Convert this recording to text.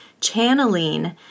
channeling